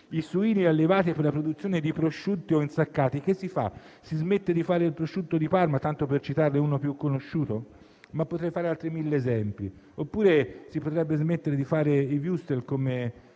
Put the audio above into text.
i suini allevati per la produzione di prosciutti o insaccati, che si fa, si smette di fare il prosciutto di Parma, tanto per citarne uno dei più conosciuti? Potrei fare altri mille esempi. Oppure si potrebbe smettere di fare i *wurstel,* come